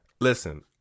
Listen